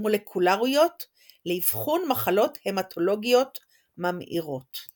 מולקולריות לאבחון מחלות המטולוגיות ממאירות.